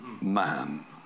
man